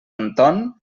anton